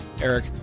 Eric